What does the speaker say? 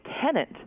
tenant